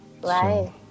Right